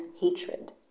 hatred